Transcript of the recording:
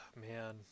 man